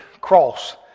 Cross